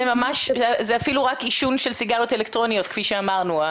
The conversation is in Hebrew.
זה אפילו רק עישון של סיגריות אלקטרוניות כפי שאמרנו.